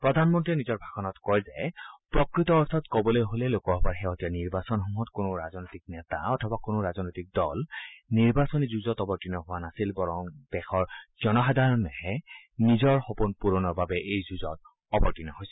প্ৰধানমন্ত্ৰীয়ে নিজৰ ভাষণত কয় যে প্ৰকৃত অৰ্থত ক বলৈ হলে লোকসভাৰ শেহতীয়া নিৰ্বাচনসমূহত কোনো ৰাজনৈতিক নেতা অথবা কোনো ৰাজনৈতিক দল নিৰ্বাচনী যুঁজত অৱতীৰ্ণ হোৱা নাছিল বৰং দেশৰ জনসাধাৰণেহে নিজৰ সপোন পূৰণৰ বাবে এই যুঁজত অৱতীৰ্ণ হৈছিল